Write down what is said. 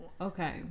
okay